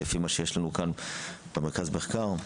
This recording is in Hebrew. לפי מה שיש לנו כאן במרכז המחקר.